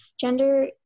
gender